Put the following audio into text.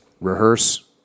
rehearse